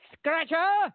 scratcher